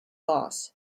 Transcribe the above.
loss